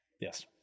Yes